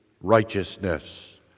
righteousness